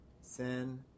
sin